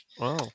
Wow